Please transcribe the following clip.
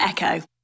Echo